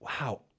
wow